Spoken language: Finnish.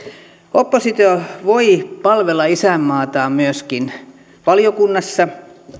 oppositio voi palvella isänmaataan myöskin valiokunnassa